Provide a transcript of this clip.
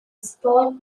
sport